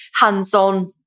hands-on